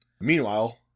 Meanwhile